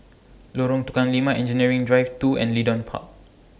Lorong Tukang Lima Engineering Drive two and Leedon Park